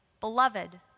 beloved